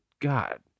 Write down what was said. God